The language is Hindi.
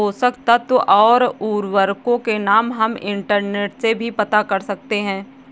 पोषक तत्व और उर्वरकों के नाम हम इंटरनेट से भी पता कर सकते हैं